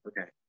okay